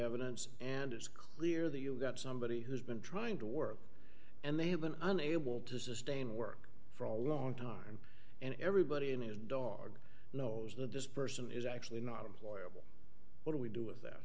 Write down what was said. evidence and it's clear that you've got somebody who's been trying to work and they have been unable to sustain work for a long time and everybody in his dog knows that this person is actually not employable what do we do with them